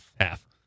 Half